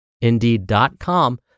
indeed.com